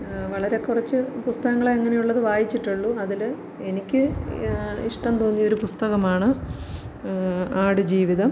വളരെ കുറച്ച് പുസ്തകങ്ങളേ അങ്ങനെയുള്ളത് വായിച്ചിട്ടുള്ളൂ അതില് എനിക്ക് ഇഷ്ടം തോന്നിയൊരു പുസ്തകമാണ് ആടുജീവിതം